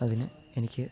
അതിന് എനിക്ക്